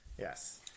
yes